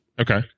okay